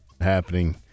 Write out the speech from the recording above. happening